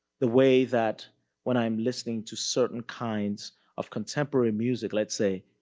the way that when i'm listening to certain kinds of contemporary music, let's say,